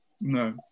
No